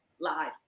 Live